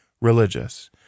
religious